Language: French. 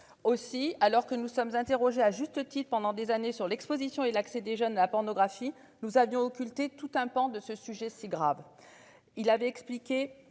aussi. Alors que nous sommes interrogés à juste titre pendant des années sur l'Exposition et l'accès des jeunes à la pornographie nous avions occulter tout un pan de ce sujet si grave, il avait expliqué